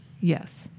Yes